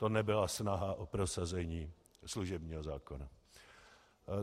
To nebyla snaha o prosazení služebního zákona.